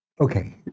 okay